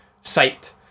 site